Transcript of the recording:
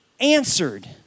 answered